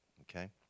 okay